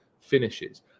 finishes